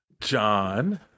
john